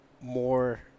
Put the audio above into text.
more